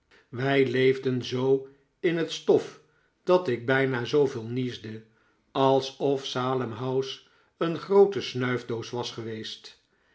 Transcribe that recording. wij leefden zoo in het stof dat ik bijna zooveel niesde alsof salem house een groote snuifdoos was geweest